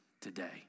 today